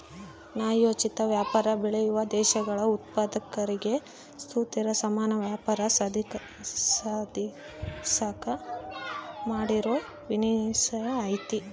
ನ್ಯಾಯೋಚಿತ ವ್ಯಾಪಾರ ಬೆಳೆಯುವ ದೇಶಗಳ ಉತ್ಪಾದಕರಿಗೆ ಸುಸ್ಥಿರ ಸಮಾನ ವ್ಯಾಪಾರ ಸಾಧಿಸಾಕ ಮಾಡಿರೋ ವಿನ್ಯಾಸ ಐತೆ